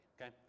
okay